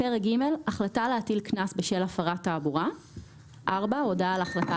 פרק ג': החלטה להטיל קנס בשל הפרת תעבורה הודעה על החלטה